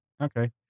Okay